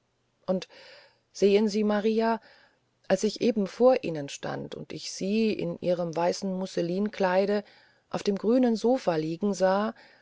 und sehen sie maria als ich eben vor ihnen stand und ich sie in ihrem weißen musselinkleide auf dem grünen sofa liegen sah